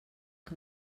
que